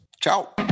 Ciao